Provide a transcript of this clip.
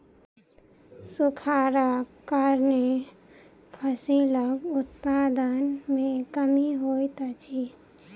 सूखाड़क कारणेँ फसिलक उत्पादन में कमी होइत अछि